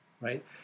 Right